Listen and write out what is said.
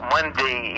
Monday